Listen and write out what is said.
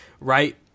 right